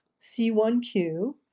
C1Q